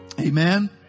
Amen